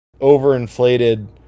overinflated